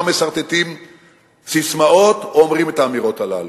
מסרטטים ססמאות או אומרים את האמירות האלה,